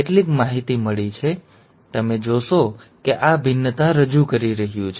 તેથી તમે જોશો કે આ ભિન્નતા રજૂ કરી રહ્યું છે